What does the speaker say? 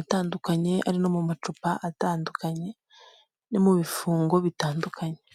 atandukanye ari no mu macupa atandukanye no mu bifungo bitandukanye.